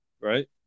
Right